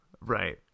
Right